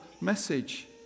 message